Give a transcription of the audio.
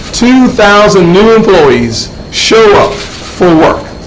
two thousand new employees show up for work.